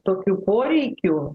tokių poreikių